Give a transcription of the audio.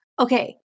Okay